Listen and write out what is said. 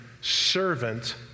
servant